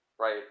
right